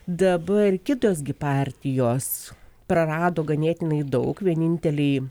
dabar kitos gi partijos prarado ganėtinai daug vienintelį